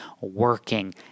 working